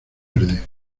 verde